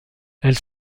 elles